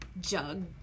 jug